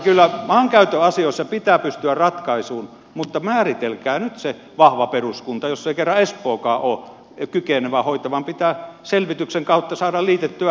kyllä maankäyttöasioissa pitää pystyä ratkaisuun mutta määritelkää nyt se vahva peruskunta jos ei kerran espookaan ole kykenevä hoitamaan vaan pitää selvityksen kautta saada liitettyä helsinkiin